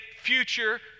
future